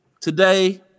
today